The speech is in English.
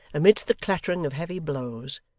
amidst the clattering of heavy blows,